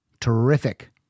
Terrific